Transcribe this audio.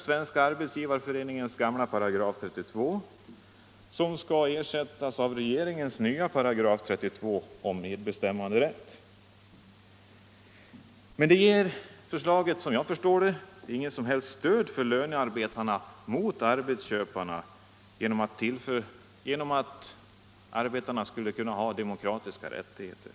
Svenska arbetsgivareföreningens gamla § 32 skall ersättas av regeringens nya § 32 om medbestämmanderätt. Men förslaget ger, såvitt jag kan förstå, inget som helst stöd för lönarbetarna mot arbetsköparna genom att tillförsäkra arbetarna demokratiska rättigheter.